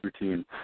routine